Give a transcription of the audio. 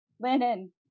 Linen